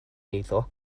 eiddo